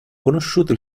conosciuto